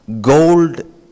gold